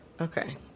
Okay